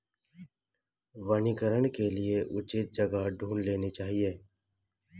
वनीकरण के लिए उचित जगह ढूंढ लेनी चाहिए